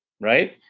Right